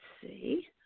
see